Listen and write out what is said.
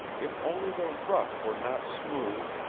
if only the ruff were not smooth,